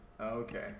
Okay